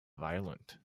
violent